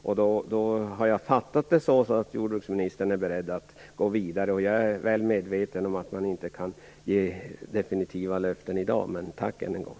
Jag har fattat det så att jordbruksministern är beredd att gå vidare. Jag är väl medveten om att man inte kan ge definitiva löften i dag. Tack än en gång!